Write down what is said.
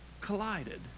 collided